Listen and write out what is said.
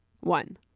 one